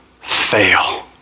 fail